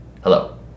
Hello